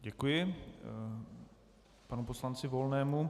Děkuji panu poslanci Volnému.